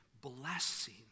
blessing